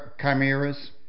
chimeras